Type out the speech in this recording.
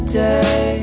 day